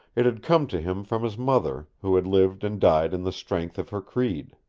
it had come to him from his mother, who had lived and died in the strength of her creed.